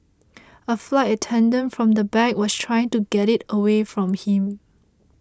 a flight attendant from the back was trying to get it away from him